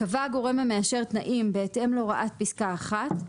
"(2)קבע הגורם המאשר תנאים בהתאם להוראת פסקה (1),